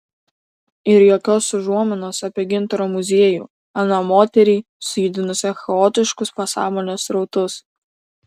ir jokios užuominos apie gintaro muziejų aną moterį sujudinusią chaotiškus pasąmonės srautus